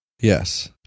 Yes